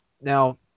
Now